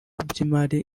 by’imari